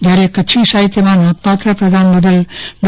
જ્યારે કચ્છી સાહિત્યમાં નોંધપાત્ર પ્રદાન બદલ ડૉ